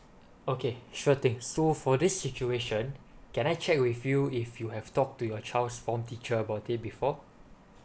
okay sure thing so for this situation can I check with you if you have to talk to your child's form teacher about it before